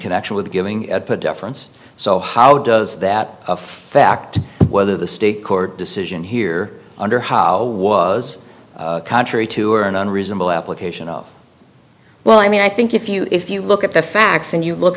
connection with giving deference so how does that fact whether the state court decision here under was contrary to or an unreasonable application of well i mean i think if you if you look at the facts and you look